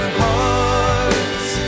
hearts